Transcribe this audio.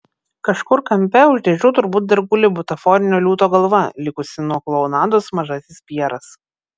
kažkur kampe už dėžių turbūt dar guli butaforinio liūto galva likusi nuo klounados mažasis pjeras